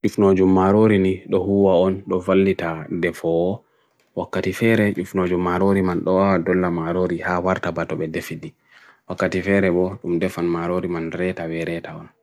If nojum marori ni, dohua on, dohvalita defo Wakatifere, if nojum marori man doha dolla marori, haa wartaba tobe defidi Wakatifere bo, dum defan marori man reta ve reta on